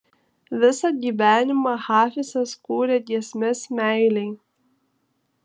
visą gyvenimą hafizas kūrė giesmes meilei